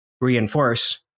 reinforce